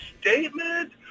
statement